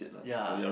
ya